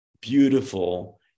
beautiful